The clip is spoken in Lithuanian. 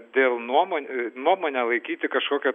dėl nuomon nuomonę laikyti kažkokia